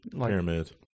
Pyramid